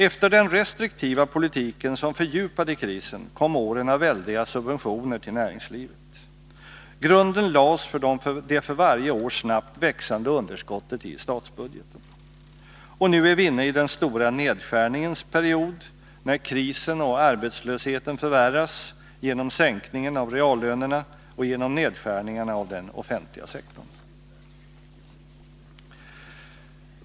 Efter den restriktiva politiken, som fördjupade krisen, kom åren av väldiga subventioner till näringslivet. Grunden lades för det för varje år snabbt växande underskottet i statsbudgeten. Och nu är vi inne i den stora nedskärningens period, när krisen och arbetslösheten förvärras genom sänkningen av reallönerna och genom nedskärningarna av den offentliga sektorn.